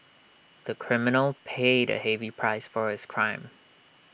the criminal paid A heavy price for his crime